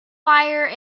fire